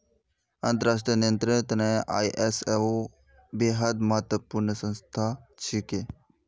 अंतर्राष्ट्रीय नियंत्रनेर त न आई.एस.ओ बेहद महत्वपूर्ण संस्था छिके